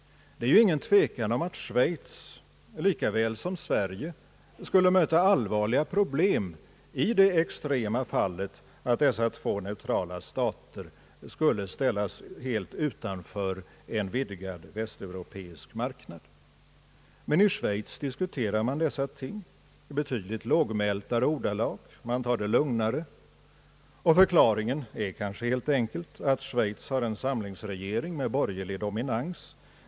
Det är ingen tvekan om att Schweiz lika väl som Sverige skulle möta allvarliga problem i det extrema fallet att dessa två neutrala stater skulle ställas helt utanför en vidgad västeuropeisk marknad. Men i Schweiz diskuterar man dessa ting i betydligt mera lågmälda ordalag, man tar det lugnare. Förklaringen är kanske helt enkelt att Schweiz har en samlingsregering med borgerlig dominans.